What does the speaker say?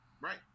Right